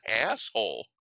asshole